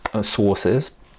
sources